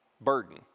burden